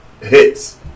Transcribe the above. hits